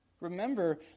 remember